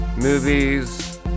movies